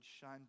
shine